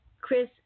Chris